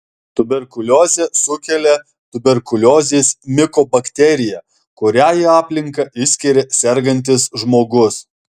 tuberkuliozę sukelia tuberkuliozės mikobakterija kurią į aplinką išskiria sergantis žmogus